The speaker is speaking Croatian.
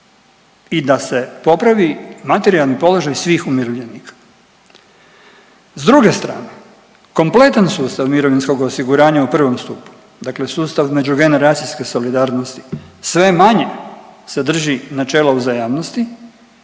i da se popravi materijalni položaj svih umirovljenika. S druge strane, kompletan sustav mirovinskog osiguranja u prvom stupnju, dakle sustav međugeneracijske solidarnosti sve manje se drži načela uzajamnosti.